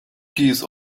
geese